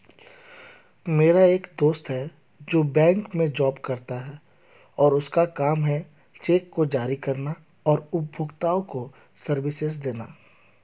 मेरा एक दोस्त है जो बैंक में जॉब करता है और उसका काम है चेक को जारी करना और उपभोक्ताओं को सर्विसेज देना